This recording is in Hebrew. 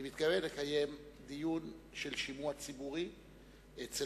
אני מתכוון לקיים דיון של שימוע ציבורי באקדמיה,